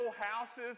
houses